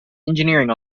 engineering